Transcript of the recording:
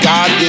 God